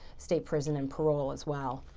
state prison and parole as well.